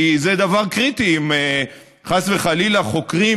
כי זה דבר קריטי אם חס וחלילה חוקרים